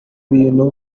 bintu